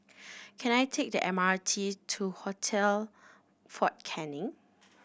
can I take the M R T to Hotel Fort Canning